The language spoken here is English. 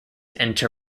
enter